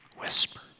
whisper